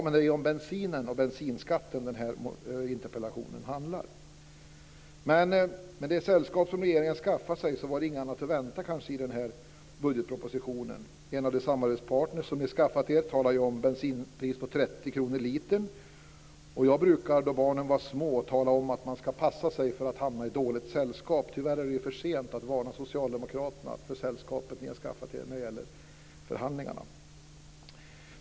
Men det är ju om bensinen och bensinskatten den här interpellationen handlar. Med det sällskap som regeringen har skaffat sig var det kanske inget annat att vänta sig i den här budgetpropositionen. En av de samarbetspartner som ni har skaffat er talar ju om ett bensinpris på 30 kr litern. Jag brukade då barnen var små tala om att man ska passa sig för att hamna i dåligt sällskap. Tyvärr är det för sent att varna socialdemokraterna för det sällskap ni har skaffat er när det gäller förhandlingar.